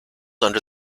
under